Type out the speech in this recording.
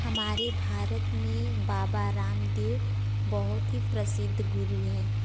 हमारे भारत में बाबा रामदेव बहुत ही प्रसिद्ध गुरु हैं